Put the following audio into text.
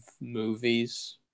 movies